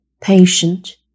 patient